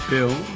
Bill